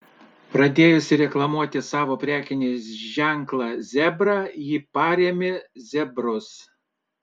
pradėjusi reklamuoti savo prekinį ženklą zebra ji parėmė zebrus